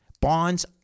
bonds